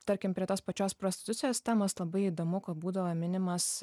tarkim prie tos pačios prostitucijos temos labai įdomu ka būdavo minimas